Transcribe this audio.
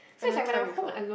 I never try before